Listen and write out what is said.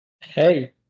Hey